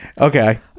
Okay